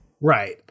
Right